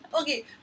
Okay